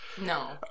No